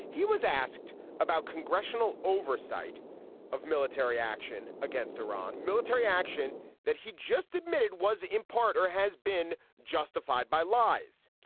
he was asked about congressional oversight of military action against iran, military action that he just admitted was in part or has been justified by lies.